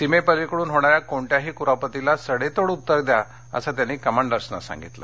सीमेपलिकडून होणाऱ्या कोणत्याही कुरापतीला सडेतोड उत्तर द्या असं त्यांनी कमांडर्सना सांगितलं